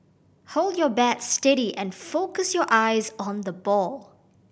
hold your bat steady and focus your eyes on the ball